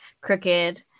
crooked